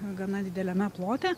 gana dideliame plote